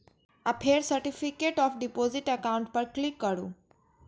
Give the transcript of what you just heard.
आ फेर certificate of deposit account पर क्लिक करू